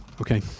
Okay